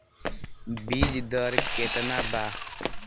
बीज दर केतना बा?